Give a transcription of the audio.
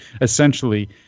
essentially